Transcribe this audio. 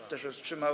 Kto się wstrzymał?